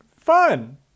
Fun